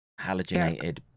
halogenated